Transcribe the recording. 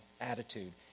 attitude